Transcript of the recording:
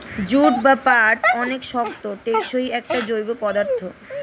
jute বা পাট অনেক শক্ত, টেকসই একটা জৈব পদার্থ